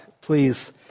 please